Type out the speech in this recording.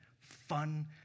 fun